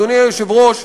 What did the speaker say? אדוני היושב-ראש,